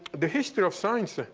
the history of science,